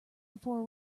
before